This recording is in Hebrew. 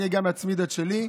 וגם אני אצמיד את שלי.